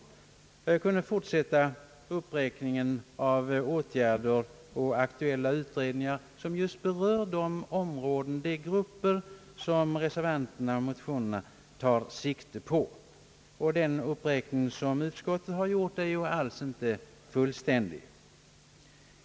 Jag kunde fortsätta uppräkningen av åtgärder och aktuella utredningar som berör just de områden och grupper som reservanterna och motionärerna tar sikte på. Den uppräkning som utskottet har gjort är alls inte fullständig.